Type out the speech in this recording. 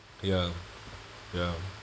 ya ya